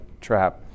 trap